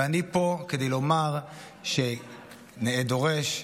ואני פה כדי לומר שנאה דורש,